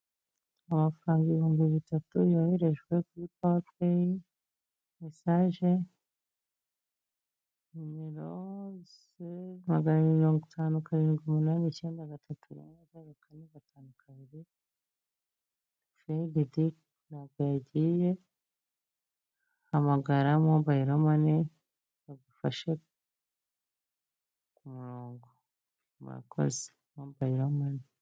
Amafaranga ibihumbi bitatu yoherejwe kuri pate message numero magana mirongo itanu karindwi numuro n'icyenda gatatu'mwegari kane gatanu kabiri feguded ntabwo yagiye hamagara mobile money bagufashe ku murongo murakoze mombaye lomanne.